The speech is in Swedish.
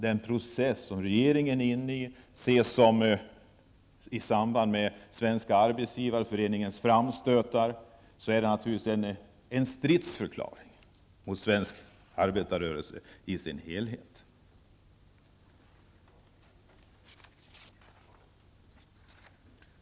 Den process som regeringen är inne i, i samband med Svenska arbetsgivareföreningens framstötar, är naturligtvis en stridsförklaring mot den svenska arbetarrörelsen i dess helhet.